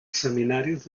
seminaris